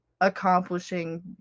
accomplishing